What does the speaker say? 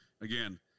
again